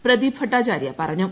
Pradeep Bhattacharya പറ്റഞ്ഞു